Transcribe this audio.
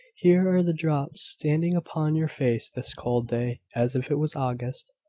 here are the drops standing upon your face this cold day, as if it was august!